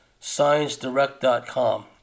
ScienceDirect.com